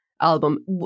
Album